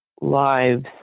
lives